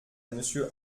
monsieur